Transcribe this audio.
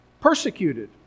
Persecuted